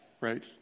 right